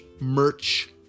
merch